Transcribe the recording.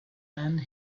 land